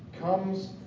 comes